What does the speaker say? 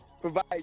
Provide